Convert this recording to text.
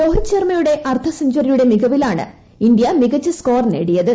രോഹിത് ശർമ്മയുടെ അർധസെഞ്ചുറിയുടെ മികവിലാണ് ഇന്ത്യ മികച്ച സ്കോർ നേടിയത്